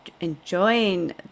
enjoying